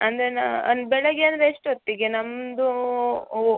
ಅಂದರೆ ನಾ ಅಂದ್ರ್ ಬೆಳಿಗ್ಗೆ ಅಂದರೆ ಎಷ್ಟೊತ್ತಿಗೆ ನಮ್ದು ಒ